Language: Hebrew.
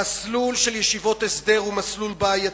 המסלול של ישיבות ההסדר הוא מסלול בעייתי,